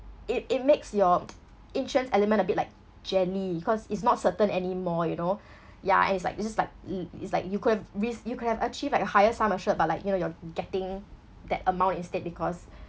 it it makes your insurance element a bit like jelly cause it's not certain any more you know yeah and it's like it's just like i~ it's like you could've ris~ you could have achieve like higher sum assured but like you know you're getting that amount instead because